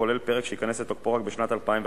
וכולל פרק שייכנס לתוקפו רק בשנת 2015,